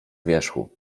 wierzchu